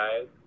guys